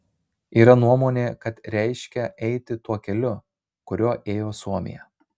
yra nuomonė kad reiškia eiti tuo keliu kuriuo ėjo suomija